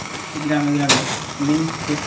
গ্রামে গ্রামে mini cricket